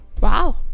Wow